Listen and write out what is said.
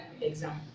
exam